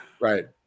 Right